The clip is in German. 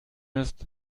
ist